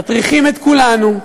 מטריחים את כולנו,